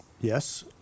Yes